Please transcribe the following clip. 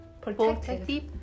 protective